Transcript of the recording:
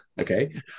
Okay